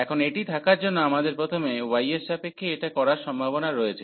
এখন এটি থাকার জন্য আমাদের প্রথমে y এর সাপেক্ষে এটা করার সম্ভাবনা রয়েছে